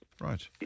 right